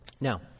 Now